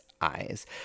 eyes